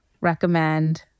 recommend